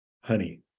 honey